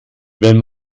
wenn